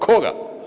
Koga?